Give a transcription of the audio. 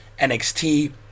nxt